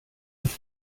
with